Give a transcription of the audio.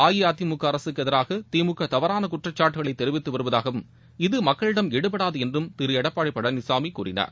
அஇஅதிமுக அரசக்கு எதிராக திமுக தவறான குற்றச்சாட்டுக்களை தெரிவித்து வருவதாகவும் இது மக்களிடம் எடுபடாது என்றும் திரு எடப்பாடி பழனிசாமி கூறினார்